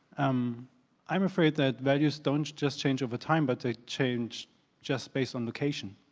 um i'm afraid that values don't just change over time but they change just based on location.